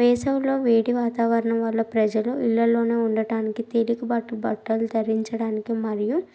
వేసవిలో వేడి వాతావరణం వల్ల ప్రజలు ఇళ్ళల్లోనే ఉండడానికి తేలిక పాటి బట్టలు ధరించడానికి మరియు